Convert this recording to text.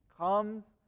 comes